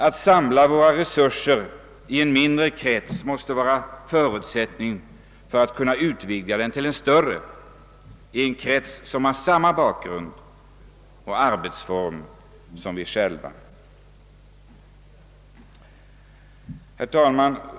Att samla resurserna inom en mindre krets måste vara förutsättningen för att kunna göra det i en större, i en krets som har samma bakgrund och arbetsformer som våra länder. Herr talman!